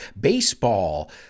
baseball